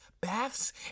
baths